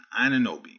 Ananobi